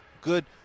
good